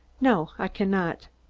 no, i can not.